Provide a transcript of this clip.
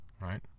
right